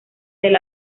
del